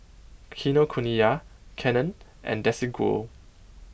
Kinokuniya Canon and Desigual